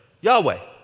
Yahweh